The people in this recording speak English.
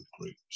groups